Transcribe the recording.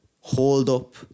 hold-up